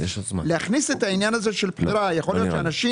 להכניס את עניין הבחירה יכול להיות שלאנשים